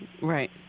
Right